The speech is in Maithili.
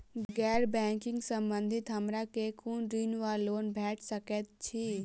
गैर बैंकिंग संबंधित हमरा केँ कुन ऋण वा लोन भेट सकैत अछि?